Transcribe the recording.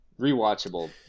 Rewatchable